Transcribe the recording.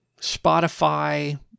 Spotify